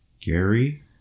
gary